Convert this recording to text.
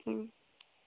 হুম